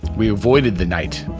we avoided the night.